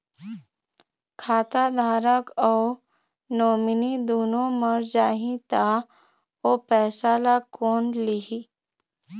खाता धारक अऊ नोमिनि दुनों मर जाही ता ओ पैसा ला कोन लिही?